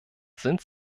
sind